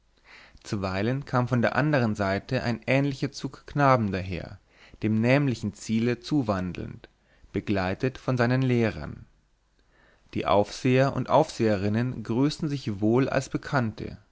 zuweilen kam von der anderen seite ein ähnlicher zug knaben daher dem nämlichen ziele zuwandelnd begleitet von seinen lehrern die aufseher und aufseherinnen und grüßten sich wohl als bekannte